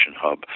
hub